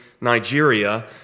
Nigeria